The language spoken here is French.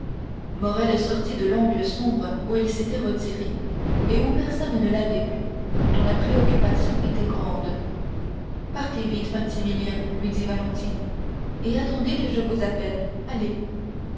morrel sortit de l'angle sombre où il s'était retiré et où personne ne l'avait vu tant la préoccupation était grande partez vite maximilien lui dit valentine et attendez que je vous appelle allez